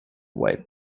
white